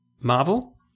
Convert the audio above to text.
Marvel